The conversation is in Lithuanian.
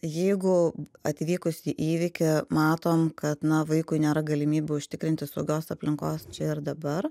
jeigu atvykus į įvykį matom kad na vaikui nėra galimybių užtikrinti saugios aplinkos čia ir dabar